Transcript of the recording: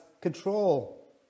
control